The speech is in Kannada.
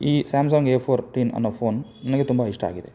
ಈ ಸ್ಯಾಮ್ಸಂಗ್ ಎ ಫೋರ್ಟೀನ್ ಅನ್ನೊ ಫೋನ್ ನನಗೆ ತುಂಬ ಇಷ್ಟ ಆಗಿದೆ